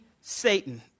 Satan